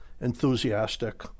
enthusiastic